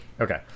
Okay